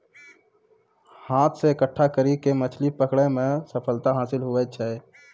हाथ से इकट्ठा करी के मछली पकड़ै मे सफलता हासिल हुवै छै